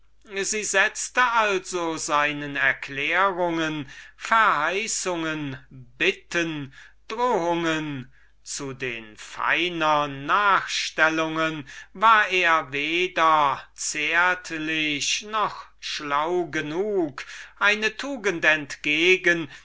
sie setzte also seinen erklärungen verheißungen bitten drohungen zu den feinern nachstellungen war er weder zärtlich noch schlau genug eine tugend entgegen